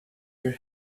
her